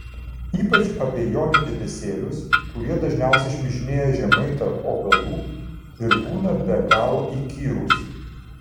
ypač abejonių debesėlius kurie dažniausiai šmižinėja žemai tarp obelų ir būna be galo įkyrūs